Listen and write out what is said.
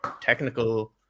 technical